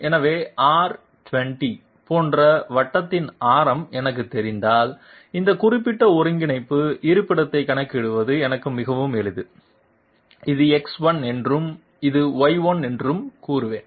எனவே R 20 போன்ற வட்டத்தின் ஆரம் எனக்குத் தெரிந்தால் இந்த குறிப்பிட்ட ஒருங்கிணைப்பு இருப்பிடத்தைக் கணக்கிடுவது எனக்கு மிகவும் எளிது இது X1 என்றும் இது Y1 என்றும் கூறுவேன்